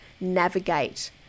navigate